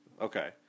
Okay